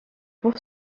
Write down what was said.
pour